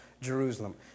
Jerusalem